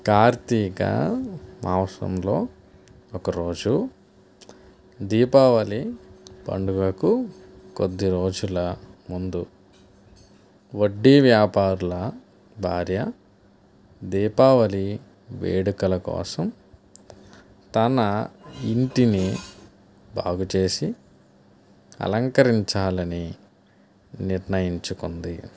కార్తీక మాసంలో ఒకరోజు దీపావళి పండుగకు కొద్దిరోజుల ముందు వడ్డీ వ్యాపారుల భార్య దీపావళి వేడుకల కోసం తన ఇంటిని బాగుచేసి అలంకరించాలని నిర్ణయించుకుంది